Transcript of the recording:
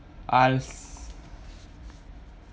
I'll s~